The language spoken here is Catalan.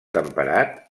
temperat